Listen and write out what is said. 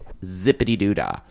zippity-doo-dah